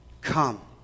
Come